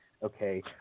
Okay